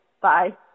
bye